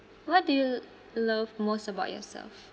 what do you l~ love most about yourself